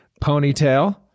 Ponytail